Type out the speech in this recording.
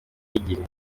y’igihe